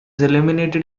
illuminated